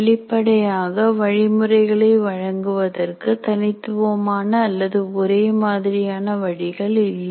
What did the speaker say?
வெளிப்படையாக வழிமுறைகளை வழங்குவதற்கு தனித்துவமான அல்லது ஒரே மாதிரியான வழிகள் இல்லை